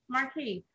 Marquis